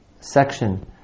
section